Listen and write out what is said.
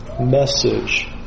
message